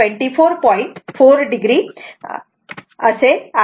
4 o V आहे